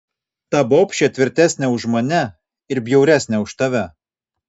ta bobšė tvirtesnė už mane ir bjauresnė už tave